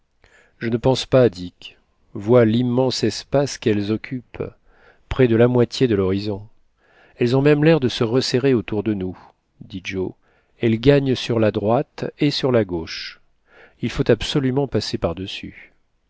je ne pense pas dick vois l'immense espace quelles occupent près de la moitié de l'horizon elles ont même l'air de se resserrer autour de nous dit joe elles gagnent sur la droite et sur la gauche il faut absolument passer